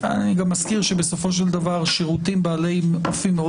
אני גם אזכיר שבסופו של דבר שירותים בעלי אופי מאוד